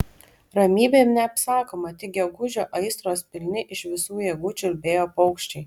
ramybė neapsakoma tik gegužio aistros pilni iš visų jėgų čiulbėjo paukščiai